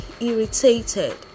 irritated